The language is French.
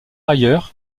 ailleurs